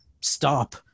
stop